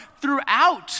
throughout